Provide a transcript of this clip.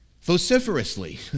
vociferously